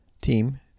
team